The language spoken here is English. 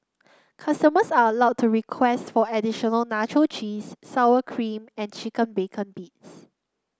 customers are allowed to request for additional nacho cheese sour cream and chicken bacon bits